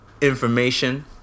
information